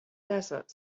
desert